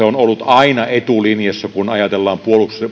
on ollut aina etulinjassa kun ajatellaan